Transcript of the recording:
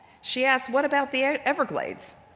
she asked, what about the everglades?